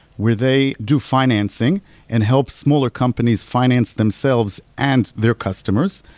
where they do financing and help smaller companies finance themselves and their customers.